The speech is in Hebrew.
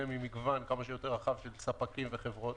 ממגוון כמה שיותר רחב של ספקים וחברות,